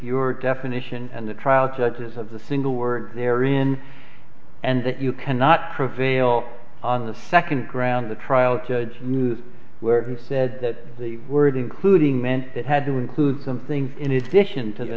your definition and the trial judges of the single word therein and that you cannot prevail on the second ground the trial judge knew that where he said that the word including meant that had to include something in addition to the